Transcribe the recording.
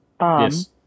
Yes